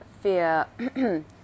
fear